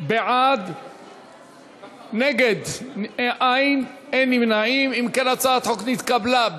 הגבלת תקופת הבלעדיות לשלושה חודשים),